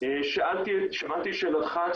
שמעתי את שאלתך,